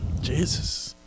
Jesus